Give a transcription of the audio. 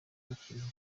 abakiriho